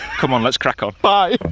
come on let's crack on, bye.